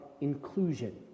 inclusion